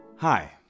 Hi